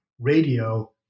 radio